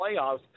playoffs